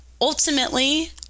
ultimately